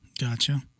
Gotcha